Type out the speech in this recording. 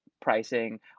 pricing